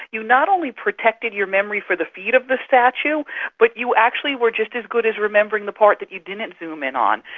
you not only protected your memory for the feet of the statue but you actually were just as good at remembering the part that you didn't zoom in on.